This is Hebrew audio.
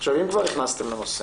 עכשיו, אם כבר נכנסתם לנושא,